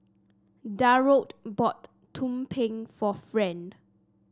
Darold bought tumpeng for Friend